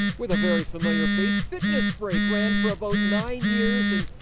with a very familiar face, fitness break ran for about nine years, and,